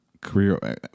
career